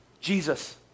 Jesus